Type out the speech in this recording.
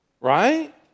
right